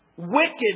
Wicked